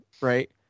right